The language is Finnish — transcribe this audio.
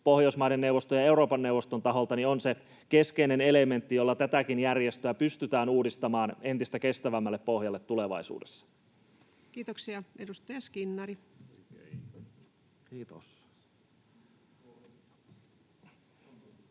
Pohjoismaiden neuvoston ja Euroopan neuvoston taholta — on se keskeinen elementti, jolla tätäkin järjestöä pystytään uudistamaan entistä kestävämmälle pohjalle tulevaisuudessa. [Speech 171] Speaker: